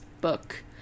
book